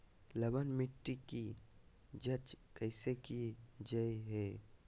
लवन मिट्टी की जच कैसे की जय है?